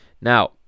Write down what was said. Now